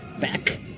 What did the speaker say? back